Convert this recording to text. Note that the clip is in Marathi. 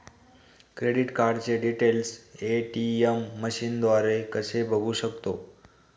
क्रेडिट कार्डचे डिटेल्स ए.टी.एम मशीनद्वारे कसे बघू शकतो?